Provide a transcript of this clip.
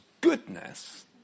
goodness